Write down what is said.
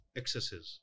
excesses